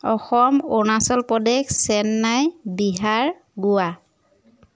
Assam Arunachal Pradesh Chennai Bihar Goa